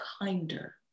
kinder